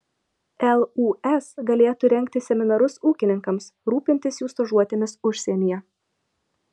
lūs galėtų rengti seminarus ūkininkams rūpintis jų stažuotėmis užsienyje